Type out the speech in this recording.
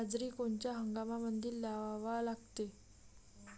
बाजरी कोनच्या हंगामामंदी लावा लागते?